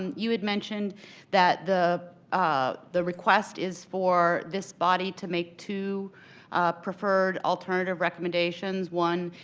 you and mentioned that the ah the request is for this body to make two preferred alternative recommendations, one,